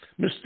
Mr